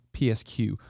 PSQ